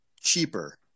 cheaper